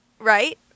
Right